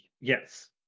yes